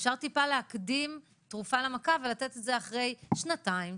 אפשר טיפה להקדים תרופה למכה ולתת את זה אחרי שנתיים,